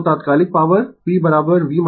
तो तात्कालिक power p v I